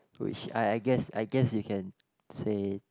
which I I guess I guess you can say